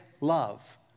love